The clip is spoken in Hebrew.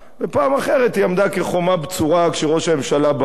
ופעם אחרת היא עמדה כחומה בצורה כשראש הממשלה ברק